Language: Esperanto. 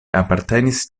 apartenis